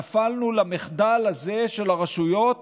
נפלנו למחדל הזה של הרשויות